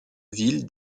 ville